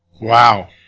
Wow